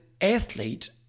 athlete